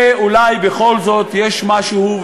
שאולי בכל זאת יש משהו,